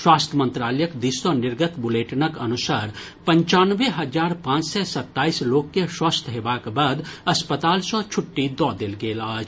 स्वास्थ्य मंत्रालयक दिस सँ निर्गत बुलेटिनक अनुसार पंचानवे हजार पांच सय सताईस लोक के स्वस्थ हेबाक बाद अस्पताल सँ छुट्टी दऽ देल गेल अछि